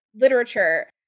literature